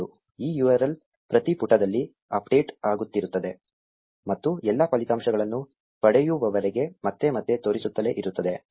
ಈ URL ಪ್ರತಿ ಪುಟದಲ್ಲಿ ಅಪ್ಡೇಟ್ ಆಗುತ್ತಿರುತ್ತದೆ ಮತ್ತು ಎಲ್ಲಾ ಫಲಿತಾಂಶಗಳನ್ನು ಪಡೆಯುವವರೆಗೆ ಮತ್ತೆ ಮತ್ತೆ ತೋರಿಸುತ್ತಲೇ ಇರುತ್ತದೆ